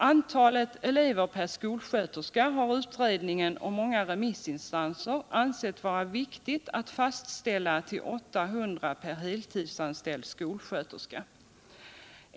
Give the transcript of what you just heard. Antalet elever per skolsköterska har utredningen och mänga remissinstanser ansett vara viktigt att fastställa till 800 per heltidsanställd skolskö terska.